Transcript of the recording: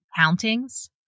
countings